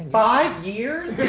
five years!